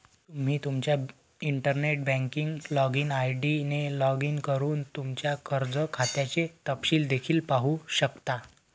तुम्ही तुमच्या internet banking login ID ने लॉग इन करून तुमच्या कर्ज खात्याचे तपशील देखील पाहू शकता